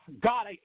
God